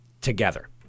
together